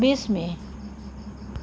বিশ মে'